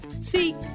See